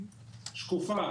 שקופה,